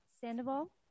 Sandoval